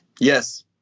Yes